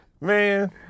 Man